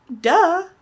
Duh